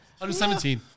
117